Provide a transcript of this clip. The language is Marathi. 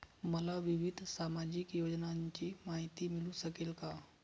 मला विविध सामाजिक योजनांची माहिती मिळू शकेल का?